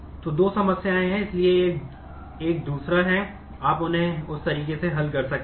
तो दो समस्याएं हैं इसलिए यह एक दूसरा है और आप उन्हें उस तरीके से हल कर सकते हैं